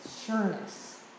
sureness